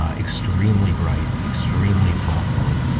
ah extremely bright, extremely thoughtful.